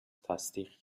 تصدیق